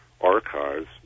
archives